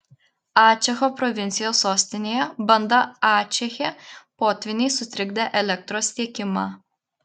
ačecho provincijos sostinėje banda ačeche potvyniai sutrikdė elektros tiekimą